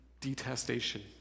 detestation